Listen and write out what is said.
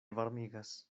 varmigas